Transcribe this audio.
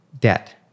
debt